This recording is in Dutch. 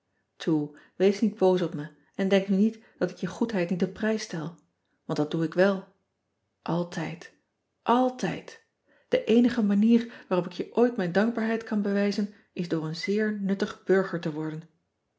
wees niet boos op me en denk nu niet dat ik je goedheid niet op prijs stel ant dat doe ik wel ltijd altijd e eenige manier waarop ik je ooit mijn dankbaarheid kan bewijzen is door een eer uttig urger te worden